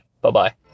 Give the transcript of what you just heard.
Bye-bye